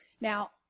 Now